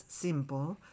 simple